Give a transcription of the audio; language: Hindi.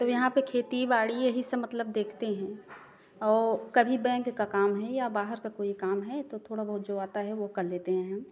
तो यहाँ पर खेती बाड़ी यही सब मतलब देखते हैं और कभी बैंक का काम है या बाहर का कोई काम हैं तो थोड़ा बहुत जो आता है वह कर लेते हैं